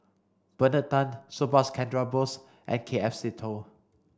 Bernard Tan Subhas Chandra Bose and K F Seetoh